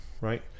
right